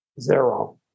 Zero